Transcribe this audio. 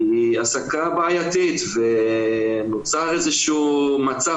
היא העסקה בעייתית ונוצר איזה שהוא מצב